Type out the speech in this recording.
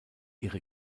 ihre